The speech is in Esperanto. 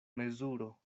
mezuro